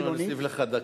אנחנו נוסיף לך דקה.